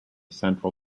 central